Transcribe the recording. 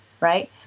Right